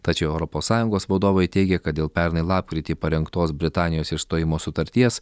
tačiau europos sąjungos vadovai teigia kad dėl pernai lapkritį parengtos britanijos išstojimo sutarties